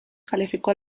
calificó